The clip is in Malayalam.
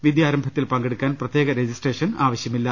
വിദ്യാരംഭത്തിൽ പങ്കെടുക്കാൻ പ്രത്യേക രജിസ്ട്രഷൻ ആവശ്യമില്ല